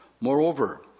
Moreover